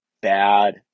bad